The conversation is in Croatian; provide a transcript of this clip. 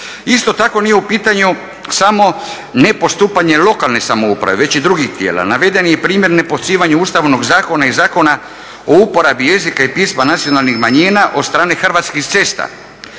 Isto tako nije u pitanju samo ne postupanje lokalne samouprave već i drugih tijela. Naveden je primjer nepoštivanja Ustavnog zakona i Zakona o uporabi jezika i pisma nacionalnih manjina od strane Hrvatskih cesta